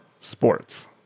sports